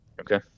Okay